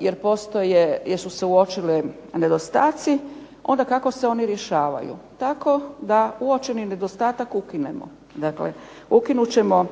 jer su se uočili nedostaci, onda kako se oni rješavaju. Tako da uočeni nedostatak ukinemo. Dakle, ukinut ćemo